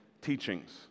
teachings